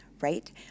right